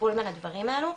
בטיפול בין הדברים האלו.